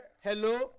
Hello